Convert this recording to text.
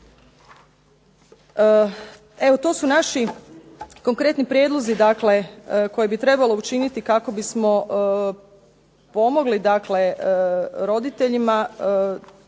Evo, to su naši konkretni prijedlozi koje bi trebalo učiniti kako bismo pomogli roditeljima